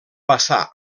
passà